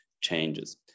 changes